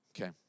Okay